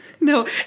No